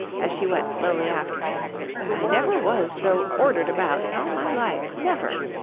as she went slowly after it i never was so ordered about in all my life, never